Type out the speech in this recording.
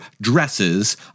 dresses